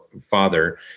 father